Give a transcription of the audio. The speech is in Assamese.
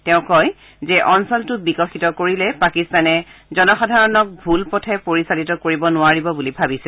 তেওঁ কয় যে অঞ্চলটো বিকশিত কৰিলে পাকিস্তানে জনসাধাৰণক ভুলপথে পৰিচালিত কৰিব নোৱাৰিব বুলি ভাবিছে